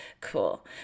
cool